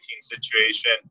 situation